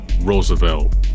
Roosevelt